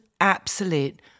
absolute